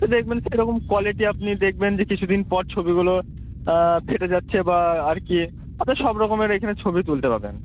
তো দেখবেন সেরকম কোয়ালিটি আপনি দেখবেন যে কিছু দিন পর ছবিগুলো ফেটে যাচ্ছে বা আর কি আপনার সব রকমের এখানে ছবি তুলতে পারবেন